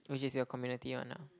which is your community one ah